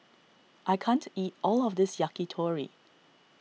I can't eat all of this Yakitori